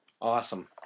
Awesome